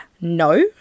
no